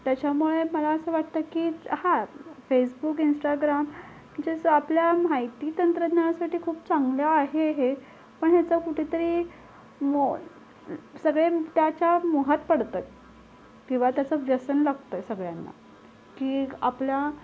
त्याच्यामुळे मला असं वाटतं की हा फेसबुक इंस्टाग्राम जे च आपल्या माहिती तंत्रज्ञानासाठी खूप चांगलं आहे हे पण ह्याचा कुठेतरी म सगळे त्याच्या मोहात पडत आहेत किंवा त्याचं व्यसन लागतं आहे सगळ्यांना की क् आपल्या